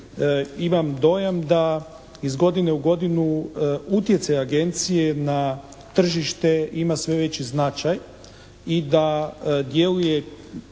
imam dojam da iz godine u godinu utjecaj agencije na tržište ima sve veći značaj i da djeluje